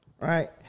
Right